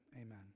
amen